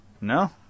No